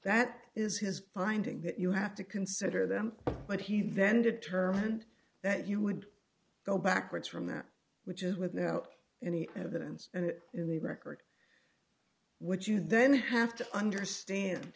that is his finding that you have to consider them but he then determined that you would go backwards from that which is without any evidence and in the record would you then have to understand